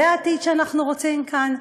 זה העתיד שאנחנו רוצים כאן?